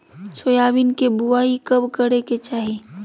Soybean के बुआई कब करे के चाहि?